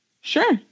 Sure